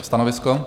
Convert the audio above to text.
Stanovisko?